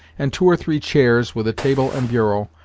and two or three chairs, with a table and bureau,